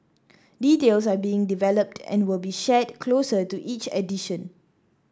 details are being developed and will be shared closer to each edition